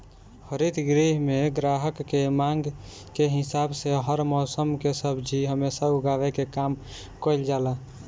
हरित गृह में ग्राहक के मांग के हिसाब से हर मौसम के सब्जी हमेशा उगावे के काम कईल जाला